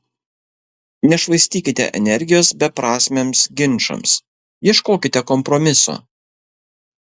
nešvaistykite energijos beprasmiams ginčams ieškokite kompromiso